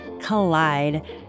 collide